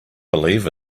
believe